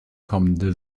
kommende